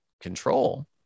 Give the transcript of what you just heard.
control